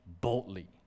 boldly